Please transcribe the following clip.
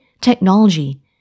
Technology